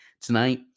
Tonight